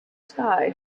sky